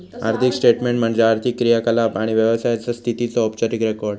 आर्थिक स्टेटमेन्ट म्हणजे आर्थिक क्रियाकलाप आणि व्यवसायाचा स्थितीचो औपचारिक रेकॉर्ड